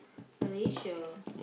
Malaysia